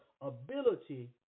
ability